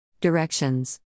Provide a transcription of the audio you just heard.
Directions